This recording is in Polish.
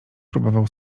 próbował